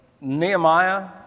Nehemiah